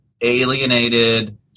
alienated